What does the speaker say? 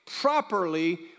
properly